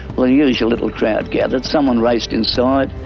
the usual little crowded gathered, someone raced inside,